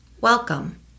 Welcome